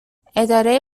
اداره